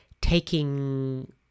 taking